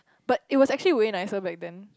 but it was actually way nicer back then